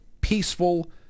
peaceful